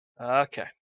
Okay